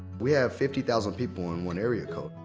we have fifty thousand people in one area code.